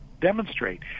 demonstrate